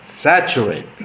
Saturate